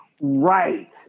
Right